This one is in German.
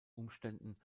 umständen